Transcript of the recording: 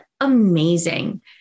amazing